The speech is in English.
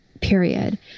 period